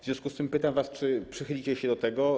W związku z tym pytam was, czy przychylicie się do tego.